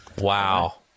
Wow